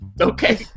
Okay